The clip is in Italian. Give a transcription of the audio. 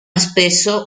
spesso